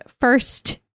first